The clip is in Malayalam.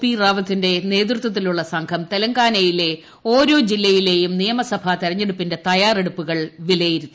പി റാവത്തിന്റെ കമ്മീഷണർ നേതൃത്വത്തിലുള്ള സ്ട്രലം തെലങ്കാനയിലെ ഓരോ ജില്ലയിലെയും നിയമസഭാ തെരഞ്ഞെടുപ്പിന്റെ തയ്യാറെടുപ്പുകൾ വിലയിരുത്തി